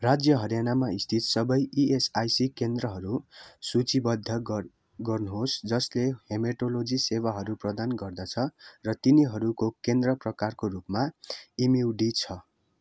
राज्य हरियाणामा स्थित सबै इएसआइसी केन्द्रहरू सूचीबद्ध गर्नुहोस् जसले हेमाटोलोजी सेवाहरू प्रदान गर्दछ र तिनीहरूको केन्द्र प्रकारको रूपमा एमइयुडी छ